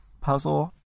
puzzle